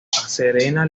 serena